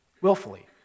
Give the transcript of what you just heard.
willfully